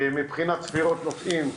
מבחינת ספירות נוסעים,